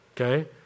Okay